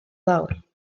lawr